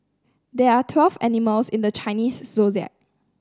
there are twelve animals in the Chinese Zodiac